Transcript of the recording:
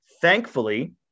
Thankfully